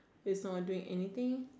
he's not doing anything